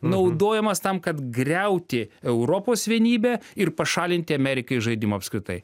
naudojamas tam kad griauti europos vienybę ir pašalinti ameriką iš žaidimo apskritai